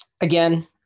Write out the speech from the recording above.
again